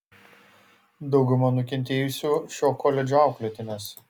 dauguma nukentėjusių šio koledžo auklėtinės